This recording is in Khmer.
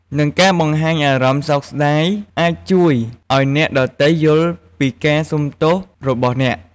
និងការបង្ហាញអារម្មណ៍សោកស្ដាយអាចជួយឱ្យអ្នកដទៃយល់ពីការសូមទោសរបស់អ្នក។